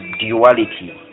Duality